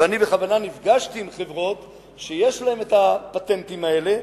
ואני בכוונה נפגשתי עם חברות שיש להן הפטנטים האלה,